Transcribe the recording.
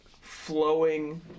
Flowing